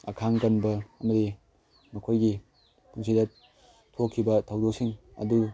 ꯑꯈꯥꯡ ꯀꯟꯕ ꯃꯣꯏꯒꯤ ꯃꯈꯣꯏꯒꯤ ꯄꯨꯟꯁꯤꯗ ꯊꯣꯛꯈꯤꯕ ꯊꯧꯗꯣꯛꯁꯤꯡ ꯑꯗꯨ